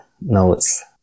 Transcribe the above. notes